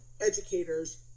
educators